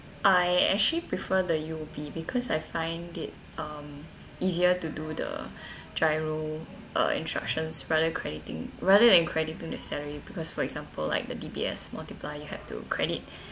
I actually prefer the U_O_B because I find it um easier to do the giro uh instructions rather crediting rather than crediting the salary because for example like the D_B_S multiplier you have to credit